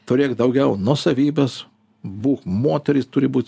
turėk daugiau nuosavybės būk moteris turi būt